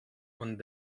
und